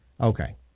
Okay